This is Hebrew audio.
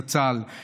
זכר צדיק לברכה,